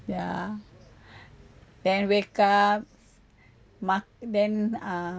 ya then wake up mak then uh